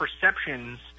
perceptions